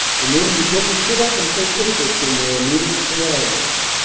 the men begin to sit up and take interest in their immediate surround ings.